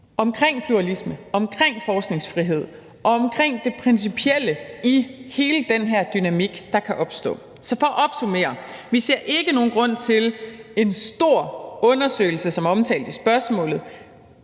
om pluralisme, om forskningsfrihed og om det principielle i hele den her dynamik, der kan opstå. Så for at opsummere ser vi ikke nogen grund til en stor undersøgelse som omtalt i spørgsmålet,